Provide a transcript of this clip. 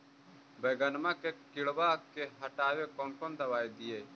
बैगनमा के किड़बा के हटाबे कौन दवाई दीए?